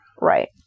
Right